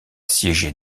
siégé